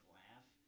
laugh